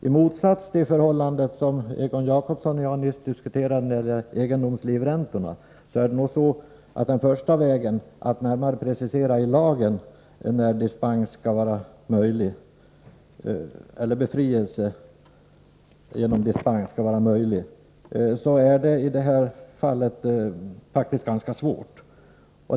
I motsats till det som Egon Jacobsson och jag nyss diskuterade beträffande egendomslivräntorna, är den första vägen — att närmare precisera i lagen när skattebefrielse genom dispens skall vara möjlig — i detta fall faktiskt ganska svår.